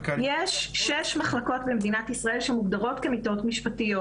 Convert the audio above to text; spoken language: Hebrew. יש שש מחלקות במדינת ישראל שמוגדרות כמיטות משפטיות.